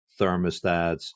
thermostats